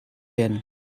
werden